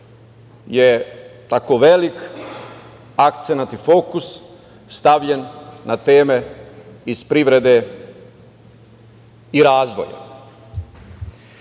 je tako veliki akcenat i fokus stavljen na teme iz privrede i razvoja. Kada